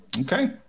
Okay